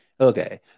Okay